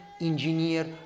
engineer